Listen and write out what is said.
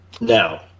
Now